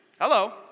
Hello